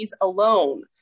alone